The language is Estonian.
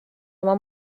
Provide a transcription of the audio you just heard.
oma